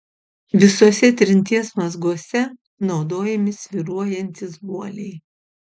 visuose trinties mazguose naudojami svyruojantys guoliai